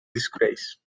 disgrace